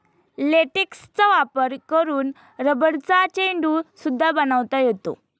लेटेक्सचा वापर करून रबरचा चेंडू सुद्धा बनवता येतो